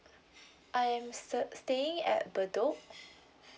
I am st~ staying at bedok